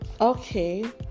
Okay